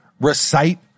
recite